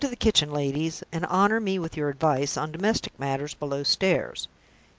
come to the kitchen, ladies, and honor me with your advice on domestic matters below stairs.